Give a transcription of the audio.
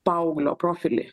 paauglio profilį